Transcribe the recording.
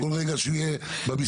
כל רגע שהוא יהיה במשרד.